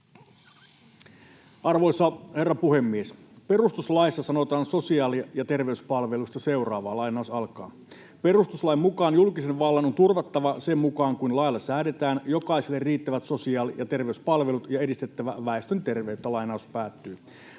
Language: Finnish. Arvoisa herra puhemies! Perustuslaissa sanotaan sosiaali- ja terveyspalveluista seuraavaa: ”Julkisen vallan on turvattava, sen mukaan kuin lailla säädetään, jokaiselle riittävät sosiaali- ja terveyspalvelut ja edistettävä väestön terveyttä.” Asia on